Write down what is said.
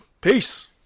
peace